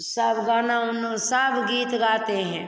सब गाना ओना सब गीत गाते हैं